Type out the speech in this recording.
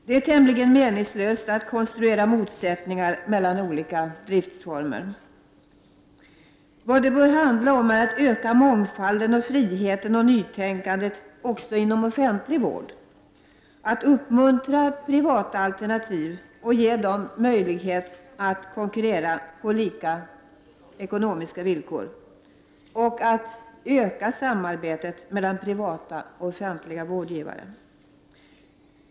Det är tämligen meningslöst att konstruera motsättningar mellan olika driftsformer. Vad det bör handla om är att öka mångfalden, friheten och nytänkandet också inom offentlig vård, att uppmuntra privata alternativ, ge dem möjlighet att konkurrera på lika ekonomiska villkor och att öka samarbetet mellan privata och offentliga vårdgivare.